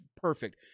perfect